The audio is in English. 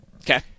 Okay